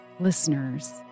Listeners